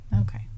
Okay